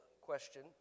question